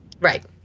Right